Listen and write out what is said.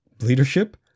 leadership